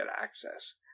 Access